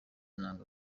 nanga